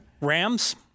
Rams